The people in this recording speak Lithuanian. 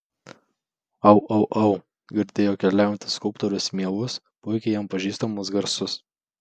au au au girdėjo keliaujantis skulptorius mielus puikiai jam pažįstamus garsus